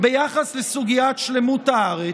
ביחס לסוגיית שלמות הארץ.